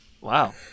Wow